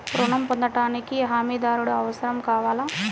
ఋణం పొందటానికి హమీదారుడు అవసరం కావాలా?